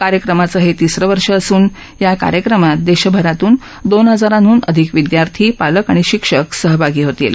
कार्यक्रमाचं हे तिसरं वर्ष असून या कार्यक्रमात देशभरातून दोन हजारांह्न अधिक विद्यार्थी पालक आणि शिक्षक सहभागी होतील